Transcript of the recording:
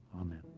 Amen